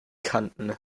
kanten